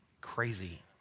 Crazy